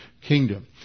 kingdom